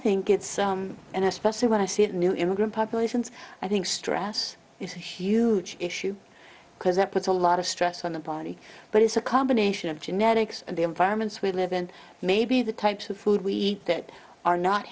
think it's an especially when i see a new immigrant populations i think stress is a huge issue because it puts a lot of stress on the body but it's a combination of genetics and the environments we live in maybe the types of food we eat that are not